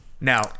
Now